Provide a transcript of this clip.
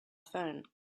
phone